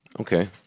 Okay